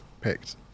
picked